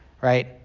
right